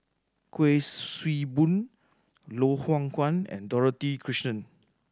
Kuik Swee Boon Loh Hoong Kwan and Dorothy Krishnan